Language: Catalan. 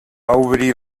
obrir